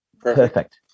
perfect